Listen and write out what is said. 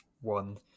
one